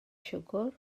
siwgr